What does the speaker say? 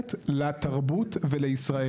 מחברת לתרבות ולישראל.